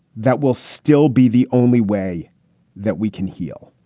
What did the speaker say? that will still be the only way that we can heal